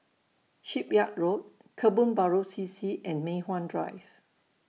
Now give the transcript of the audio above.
Shipyard Road Kebun Baru C C and Mei Hwan Drive